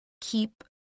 keep